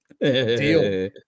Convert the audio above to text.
Deal